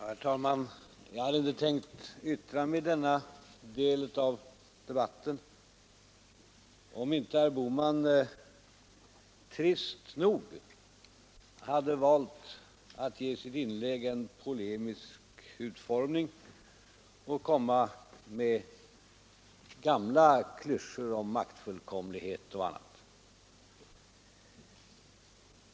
Herr talman! Jag hade inte tänkt yttra mig i denna del av debatten. Men herr Bohman valde trist nog att ge sitt inlägg en polemisk utformning och kom med gamla klyschor om maktfullkomlighet och annat.